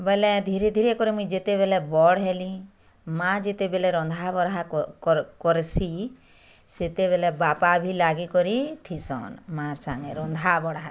ବେଲେ ଧୀରେ ଧରେ କରି ମୁଇଁ ଯେତେବେଲେ ବଡ଼୍ ହେଲି ମା ଯେତେବେଲେ ରନ୍ଧାବଢ଼ା କର୍ସି ସେତେବେଳେ ବାପା ଭି ଲାଗିକରି ଥିସନ୍ ମାର୍ ସାଙ୍ଗେ ରନ୍ଧାବଢ଼ା ଥି